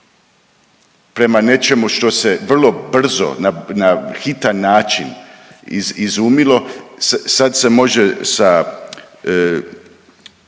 prema nečemu što se vrlo brzo na hitan način izumilo sad se može sa,